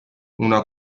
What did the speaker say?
una